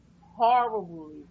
horribly